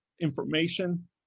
information